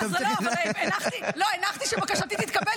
לא, הנחתי שבקשתי תתקבל.